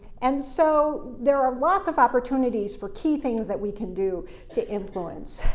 and so there are lots of opportunities for key things that we can do to influence.